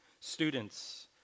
Students